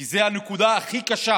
כי זו הנקודה הכי קשה